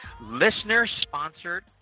listener-sponsored